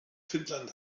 finnland